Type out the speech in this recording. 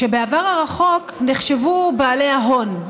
שבעבר הרחוק נחשבו בעלי ההון.